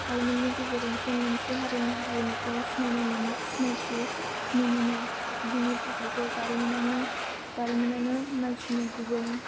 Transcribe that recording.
जारिमिननि गेजेरजोंसो मोनसे हारिनि हारिमुखौ सिनायनो मोनो सिनायथिनो मोनो बेनि थाखायसो जारिमिनानो जारिमिनानो मानसिनि गुबै